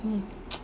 mm